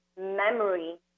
memory